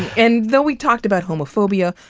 and though we talked about homophobia,